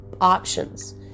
options